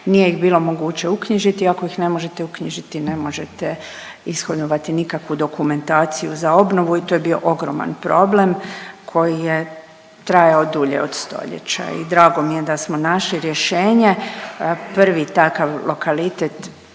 nije ih bilo moguće uknjižiti, ako ih ne možete uknjižiti ne možete ishodovati nikakvu dokumentaciju za obnovu i to je bio ogroman problem koji je trajao dulje od stoljeća i drago mi je da smo našli rješenje. Prvi takav lokalitet